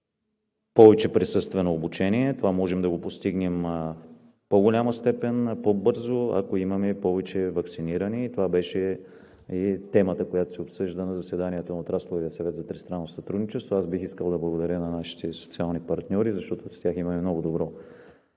повече присъствено обучение. Това можем да постигнем в по голяма степен и по-бързо, ако имаме повече ваксинирани. Това беше тема, която се обсъди и на заседанието на Отрасловия съвет за тристранно сътрудничество. Аз бих искал да благодаря на нашите социални партньори, защото с тях имаме много добро